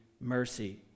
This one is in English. mercy